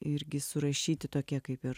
irgi surašyti tokie kaip ir